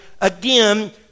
again